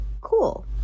cool